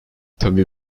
tabii